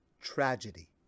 tragedy